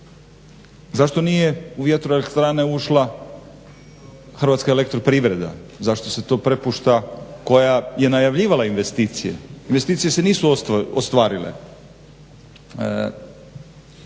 Zašto nije u vjetroelektrane ušla Hrvatska elektroprivreda. Zašto se to prepušta, koja je najavljivala investicije. Investicije se nisu ostvarile.